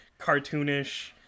cartoonish